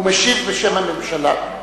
הוא משיב בשם הממשלה.